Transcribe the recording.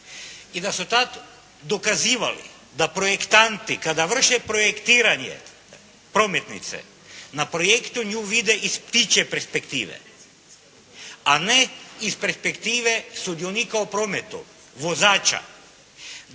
i da su tad dokazivali da projektanti kada vrše projektiranje prometnice na projektu nju vide iz ptičje perspektive, a ne iz perspektive sudionika u prometu, vozača.